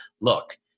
look